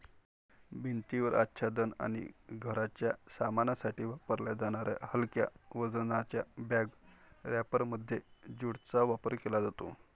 भिंतीवर आच्छादन आणि घराच्या सामानासाठी वापरल्या जाणाऱ्या हलक्या वजनाच्या बॅग रॅपरमध्ये ज्यूटचा वापर केला जातो